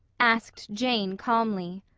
asked jane calmly.